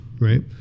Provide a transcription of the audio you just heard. right